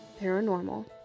Paranormal